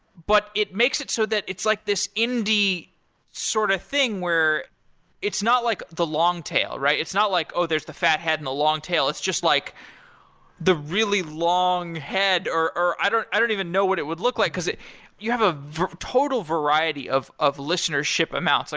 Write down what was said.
but it makes it so that it's like this indie sort of thing where it's not like the long tail. it's not like, oh, there's the fat head and a long tail. it's just like the really long head, or or i don't i don't even know what it would look like because you have a total variety of of listenership amount. so